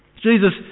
Jesus